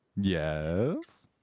Yes